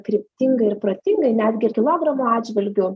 kryptingai ir protingai netgi ir kilogramo atžvilgiu